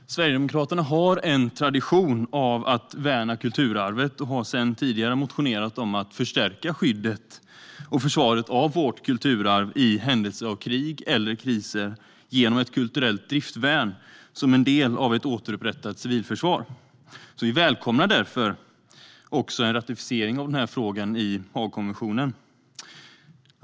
Herr talman! Sverigedemokraterna har en tradition av att värna kulturarvet och har sedan tidigare motionerat om att förstärka skyddet och försvaret av vårt kulturarv i händelse av krig eller kriser genom ett kulturellt driftvärn som en del av ett återupprättat civilförsvar. Vi välkomnar därför också en ratificering av denna fråga i Haagkonventionen.